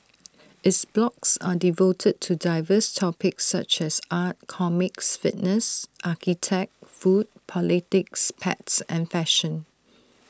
its blogs are devoted to diverse topics such as art comics fitness architect food politics pets and fashion